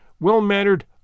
well-mannered